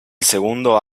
segundo